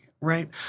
Right